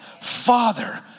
Father